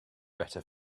better